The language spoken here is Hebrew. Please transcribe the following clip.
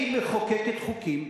היא מחוקקת חוקים.